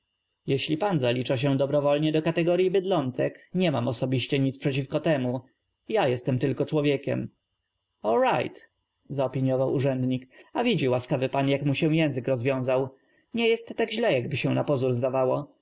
jeśli pan zalicza się dobrow olnie do kategoryi bydlątek nie m am osobiście nic przeciw ko tem u ja jestem tylko człow ie kiem all right zaopiniow ał urzędnik a widzi łaskaw y pan jak mu się język roz wiązał nie jest ta k źle jakby się napozór zdaw